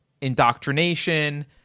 indoctrination